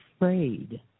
afraid